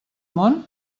món